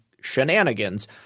shenanigans